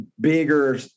bigger